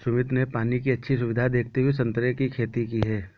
सुमित ने पानी की अच्छी सुविधा देखते हुए संतरे की खेती की